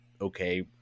okay